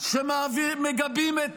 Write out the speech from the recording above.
שמגבים את